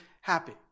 happy